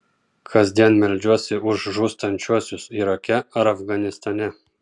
kasdien meldžiuosi už žūstančiuosius irake ar afganistane